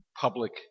public